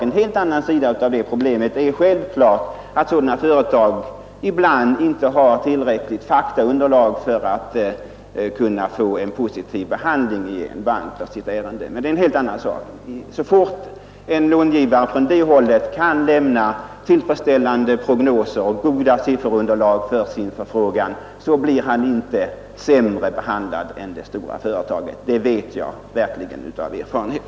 En helt annan sak är självfallet att sådana företag ibland inte har tillräckligt faktaunderlag för att få en positiv behandling av sitt ärende i en bank. Så fort en lånsökande från det hållet kan lämna tillfredsställande prognoser och goda sifferunderlag för sin förfrågan blir han inte sämre behandlad än de stora företagen. Det vet jag verkligen av erfarenhet.